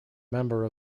member